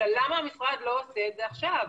אלא למה המשרד לא עושה את זה עכשיו?